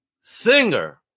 singer